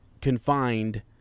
confined